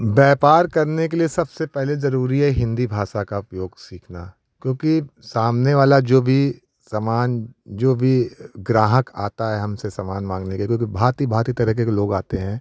व्यापार करने के लिए सबसे पहले जरूरी है हिन्दी भाषा का उपयोग सीखना क्योंकि सामने वाला जो भी सामान जो भी ग्राहक आता है हमसे सामान मांगने क्योंकि भांति भांति तरीके के लोग आते हैं